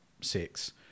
Six